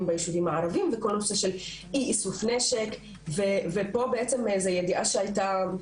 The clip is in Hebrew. ביישובים הערביים בכל הנושא של אי איסוף נשק ופה זאת ידיעה שהיתה,